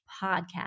podcast